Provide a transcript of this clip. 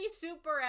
Super